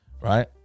Right